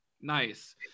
Nice